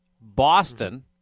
Boston